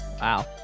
Wow